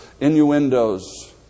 Innuendos